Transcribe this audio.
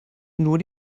nur